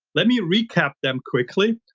let me recap them quickly.